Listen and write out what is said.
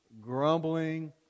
grumbling